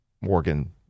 Morgan